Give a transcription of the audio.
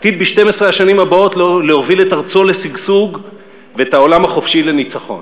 עתיד ב-12 השנים הבאות להוביל את ארצו לשגשוג ואת העולם החופשי לניצחון.